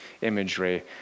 imagery